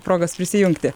progos prisijungti